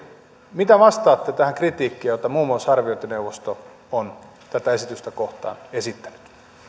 mitä vastaatte tähän kritiikkiin jota muun muassa arviointineuvosto on tätä esitystä kohtaan esittänyt